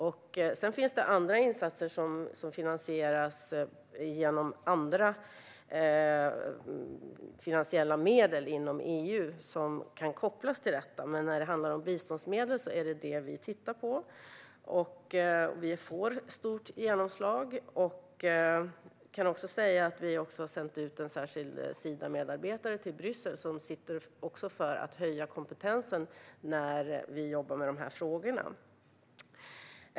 Sedan det finns andra insatser som finansieras genom andra finansiella medel inom EU och som kan kopplas till detta, men när det handlar om biståndsmedel är det detta vi tittar på. Vi får stort genomslag. Vi har sänt ut en särskild Sidamedarbetare till Bryssel för att höja kompetensen när vi jobbar med dessa frågor.